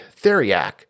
theriac